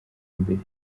imbere